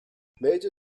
major